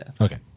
Okay